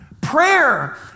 Prayer